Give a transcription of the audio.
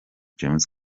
james